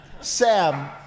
Sam